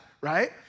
right